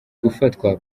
gufatwa